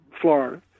Florida